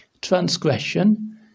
transgression